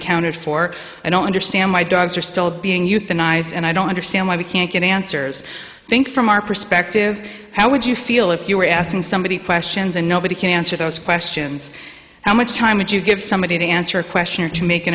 accounted for i don't understand why dogs are still being euthanized and i don't understand why we can't get answers i think from our perspective how would you feel if you were asking somebody questions and nobody can answer those questions how much time would you give somebody to answer a question or to make